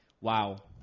wow